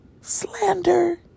slander